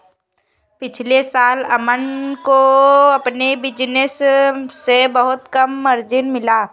पिछले साल अमन को अपने बिज़नेस से बहुत कम मार्जिन मिला